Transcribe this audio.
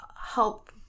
help